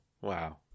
Wow